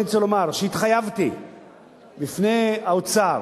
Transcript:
אני רוצה לומר שהתחייבתי בפני האוצר